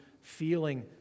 feeling